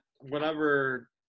whenever